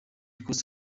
costa